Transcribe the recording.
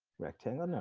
rectangle. no,